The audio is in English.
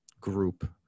group